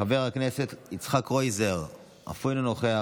חבר הכנסת יצחק קרויזר, אף הוא אינו נוכח.